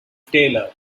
taylor